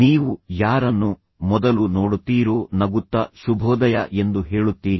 ನೀವು ಯಾರನ್ನು ಮೊದಲು ನೋಡುತ್ತೀರೋ ನಗುತ್ತ ಶುಭೋದಯ ಎಂದು ಹೇಳುತ್ತೀರಿ